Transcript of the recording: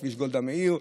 לכביש גולדה מאיר.